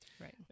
Right